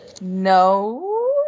No